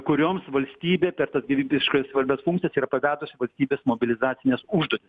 kurioms valstybė per tas gyvybiškai svarbias funkcijas yra pavedusi valstybės mobilizacines užduotis